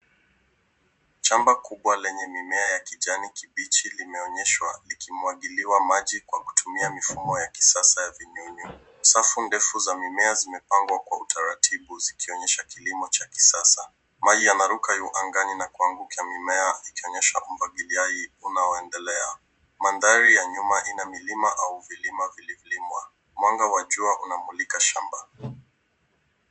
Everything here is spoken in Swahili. Shamba kubwa lenye mimea ya kijani kibichi limeonyeshwa likimwagiliwa maji kwa kutumia mifumo ya kisasa ya vinyunyu. Safu ndefu za mimea zimepangwa kwa utaratibu zikionyesha kilimo cha kisasa. Maji yanaruka juu angani na kuangukia mimea ikionyesha umwagiliaji waendelea. Mandhari ya nyuma ina milima au vilima vililimwa. Mwanga wa jua unamulika shamba.